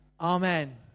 Amen